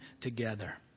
together